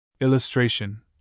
Illustration